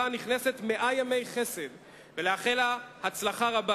הנכנסת מאה ימי חסד ולאחל לה הצלחה רבה.